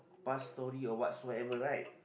past story or whatsoever right